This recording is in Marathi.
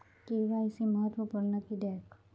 के.वाय.सी महत्त्वपुर्ण किद्याक?